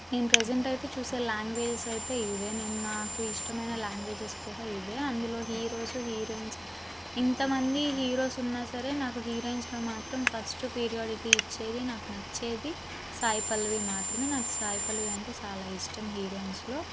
నేను ప్రజెంట్ అయితే చూసే లాంగ్వేజ్స్ అయితే ఇవే నేను నాకు ఇష్టమైన లాంగ్వేజ్స్ కూడా ఇవే అందులో హీరోస్ హీరోయిన్స్ ఇంతమంది హీరోస్ ఉన్నా సరే నాకు హీరోయిన్స్లో మాత్రం ఫస్ట్ పీరియాడిటీ ఇచ్చేది నాకు నచ్చేది సాయి పల్లవి మాత్రమే నాకు సాయి పల్లవి అంటే చాలా ఇష్టం హీరోయిన్స్లో